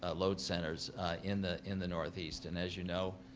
ah load centers in the in the northeast. and as you know,